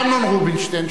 אמנון רובינשטיין,